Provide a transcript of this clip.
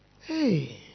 Hey